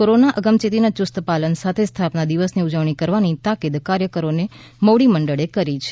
corona અગમચેતીના યુસ્ત પાલન સાથે સ્થાપના દિવસની ઉજવણી કરવાની તાકીદ કાર્યકરોને મોવડી મંડળે કરી છે